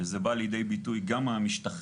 שזה בא לידי ביטוי - גם המשתחררים,